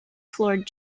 floored